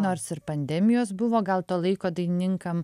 nors ir pandemijos buvo gal to laiko dainininkam